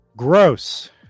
gross